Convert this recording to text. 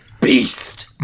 beast